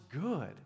good